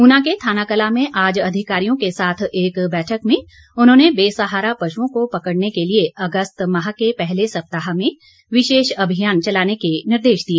ऊना के थानाकलां में आज अधिकारियों के साथ एक बैठक में उन्होंने बेसहारा पशुओं को पकड़ने के लिए अगस्त माह के पहले सप्ताह में विशेष अभियान चलाने के निर्देश दिए